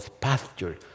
pasture